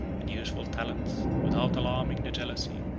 and useful talents, without alarming the jealousy,